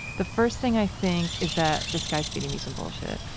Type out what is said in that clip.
the first thing i think is that this guy is feeding me some bullshit.